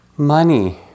Money